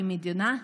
כמדינה,